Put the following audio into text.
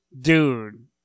Dude